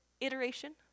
iteration